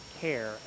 care